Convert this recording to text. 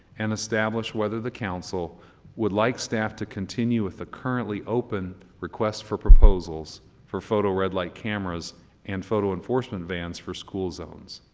and establish whether the council would like staff to continue with the currently open request for proposals for photo red light cameras and photo enforcement vans for school zones.